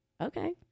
Okay